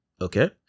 Okay